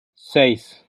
seis